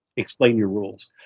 explain your rules.